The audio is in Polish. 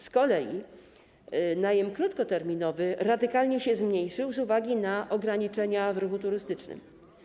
Z kolei najem krótkoterminowy radykalnie się zmniejszył ze względu na ograniczenia w ruchu turystycznym.